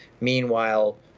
Meanwhile